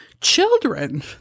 children